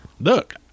look